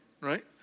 right